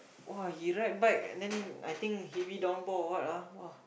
!wah! he ride bike then I think heavy downpour or what ah !wah!